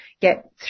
get